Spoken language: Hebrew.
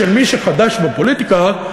שמי שחדש בפוליטיקה,